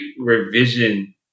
revision